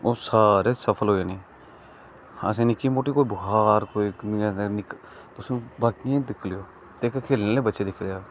ओह् सारे सफल होई जानी असें गी निक्की मुट्टी बखार कोई तुस बाकी च दिक्खी लेऔ ते इक खेलने आहले बच्चे गी दिक्खी लैओ